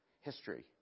history